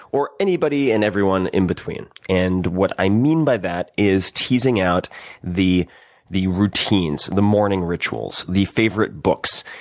or anybody and everyone in between. and what i mean by that is teasing out the the routines, the morning rituals, the favorite books,